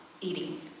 eating